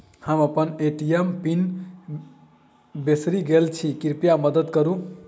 हम अप्पन ATM pin बिसरि गेल छी कृपया मददि करू